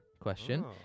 question